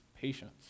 patience